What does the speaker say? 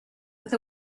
with